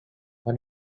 what